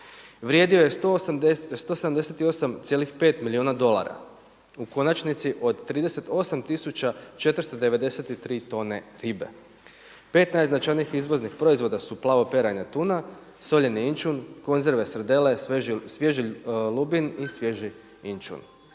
vrijedio je 178,5 milijuna dolara. U konačnici od 38 tisuća 493 tone ribe. 15 značajnih izvoznih proizvoda su plavo paranja tuna, soljeni inčun, konzerve srdele, svježi lubin i svježi inčun.